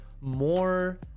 more